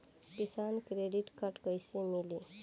किसान credit card कइसे मिली?